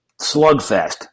slugfest